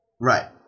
Right